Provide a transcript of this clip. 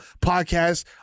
podcast